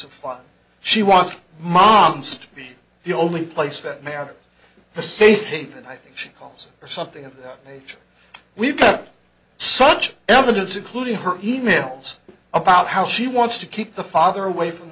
of fun she wants moms to be the only place that they are a safe haven i think she calls or something of that nature we've got such evidence including her e mails about how she wants to keep the father away from